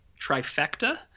trifecta